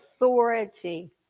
authority